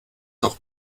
doch